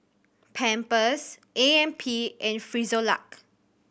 Pampers A M P and Frisolac